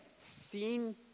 seen